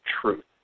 truth